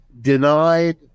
denied